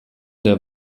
der